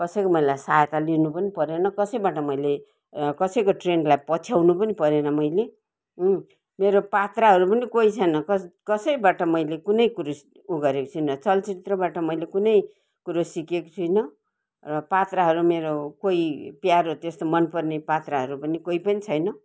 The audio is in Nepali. कसैको मलाई सहायता लिनु पनि परेन कसैबाट मैले कसैको ट्रेन्डलाई पछ्याउनु पनि परेन मैले मेरो पात्राहरू पनि कोही छैन कस् कसैबाट मैले कुनै कुरो उ गरेको छुइनँ चलचित्रबाट मैले कुनै कुरो सिकेको छुइनँ र पात्राहरू मेरो कोही प्यारो त्यस्तो मनपर्ने पात्राहरू पनि कोही पनि छैन